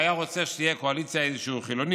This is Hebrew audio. והוא היה רוצה שתהיה קואליציה חילונית,